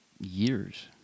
years